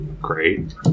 Great